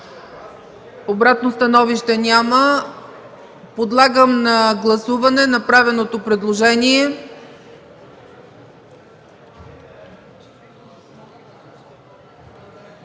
Обратно становище? Няма. Подлагам на гласуване направеното предложение.